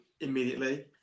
immediately